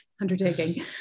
undertaking